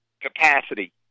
capacity